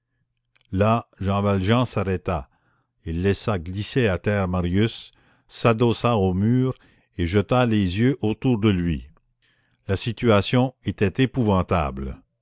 là jean valjean s'arrêta il laissa glisser à terre marius s'adossa au mur et jeta les yeux autour de lui la situation était épouvantable